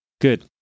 good